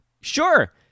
Sure